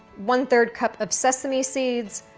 one third cup of sesame seeds,